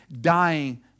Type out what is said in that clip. dying